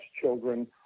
children